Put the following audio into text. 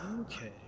Okay